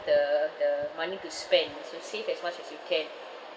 the the money to spend you should save as much as you can